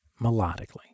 melodically